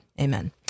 amen